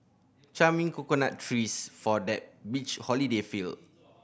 charming coconut trees for that beach holiday feel